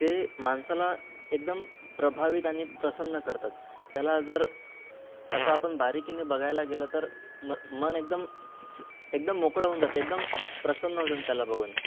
ते माणसाला एकदम प्रभावित आणि प्रसन्न करतात त्याला जर असं आपण बारीकीने बघायला गेलं तर म मन एकदम एकदम मोकळं होऊन जाते एकदम प्रसन्न होजून त्याला बघून